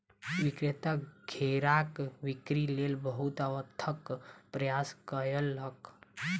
विक्रेता घेराक बिक्री लेल बहुत अथक प्रयास कयलक